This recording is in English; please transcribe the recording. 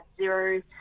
zero